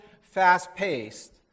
fast-paced